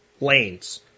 lanes